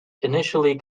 initially